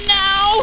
now